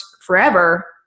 forever